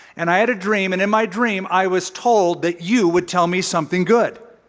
and i had a dream. and in my dream, i was told that you would tell me something good.